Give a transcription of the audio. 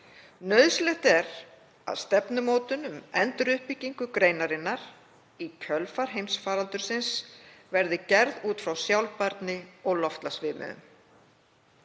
Nauðsynlegt er að stefnumótun um enduruppbyggingu greinarinnar í kjölfar heimsfaraldursins verði gerð út frá sjálfbærni og loftslagsviðmiðum.